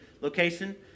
location